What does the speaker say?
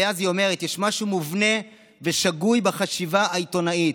ואז היא אומרת: יש משהו מובנה ושגוי בחשיבה העיתונאית,